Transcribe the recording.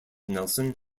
nelson